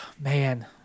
Man